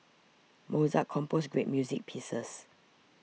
Mozart composed great music pieces